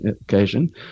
occasion